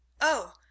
Oh